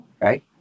Right